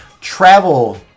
travel